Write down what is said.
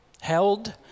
Held